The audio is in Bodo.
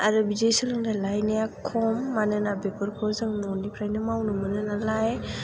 आरो बिदि सोलोंथाइ लाहैनाया खम मानोना बेफोरखौ जों न'निफ्रायनो मावनो मोनो नालाय